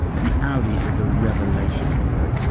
the audi is a revelation on the road,